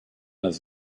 his